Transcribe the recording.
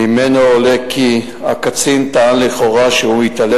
שממנו עולה כי הקצין טען לכאורה שהוא התעלם